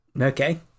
Okay